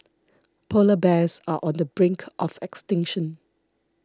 Polar Bears are on the brink of extinction